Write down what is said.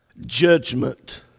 Judgment